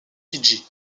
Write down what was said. fidji